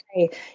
okay